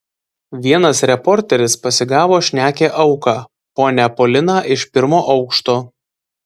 vienas reporteris pasigavo šnekią auką ponią poliną iš pirmo aukšto